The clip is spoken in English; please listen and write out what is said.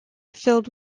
filled